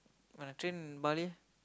when I train in Bali